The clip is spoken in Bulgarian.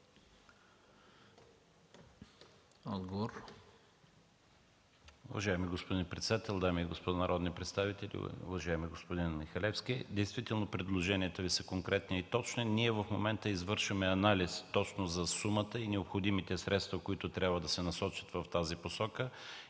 Уважаеми господин председател, дами и господа народни представители! Уважаеми господин Михалевски, действително предложенията Ви са конкретни и точни. Ние в момента извършваме анализ точно за сумата и необходимите средства, които трябва да се насочат в тази посока,